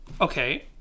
okay